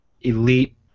elite